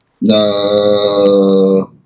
No